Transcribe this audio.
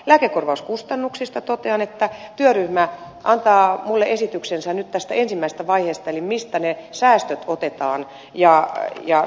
lääkekorvauskustannuksista totean että työryhmä antaa minulle esityksensä nyt tästä ensimmäisestä vaiheesta eli siitä mistä ne säästöt otetaan